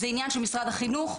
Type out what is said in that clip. זה עניין של משרד החינוך,